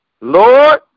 Lord